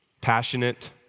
passionate